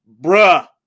Bruh